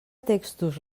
textos